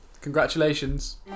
congratulations